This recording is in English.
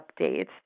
updates